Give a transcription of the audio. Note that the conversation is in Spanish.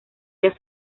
les